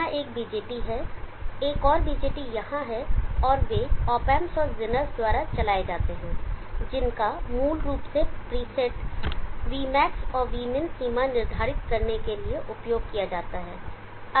यहाँ एक BJT है एक और BJT यहाँ है और वे ऑप एंप और ज़ेनर द्वारा चलाए जाते हैं जिनका मूल रूप से प्रीसेट vmax और vmin सीमा निर्धारित करने के लिए उपयोग किया जाता है